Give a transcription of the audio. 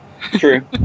True